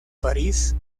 parís